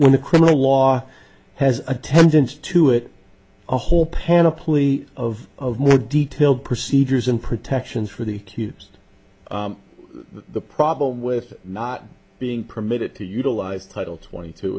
when the criminal law has a tendency to it a whole panoply of of more detailed procedures and protections for the queues the problem with not being permitted to utilize title twenty two